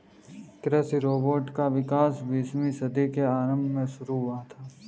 कृषि रोबोट का विकास बीसवीं सदी के आरंभ में शुरू हुआ था